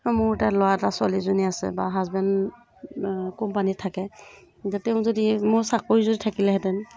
মোৰ তাত ল'ৰা এটা ছোৱালী এজনী আছে বা হাজবেণ কোম্পানীত থাকে গতিম যদি মোৰ চাকৰি যদি থাকিলেহেঁতেন